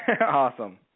Awesome